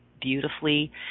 beautifully